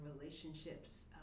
relationships